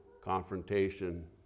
confrontation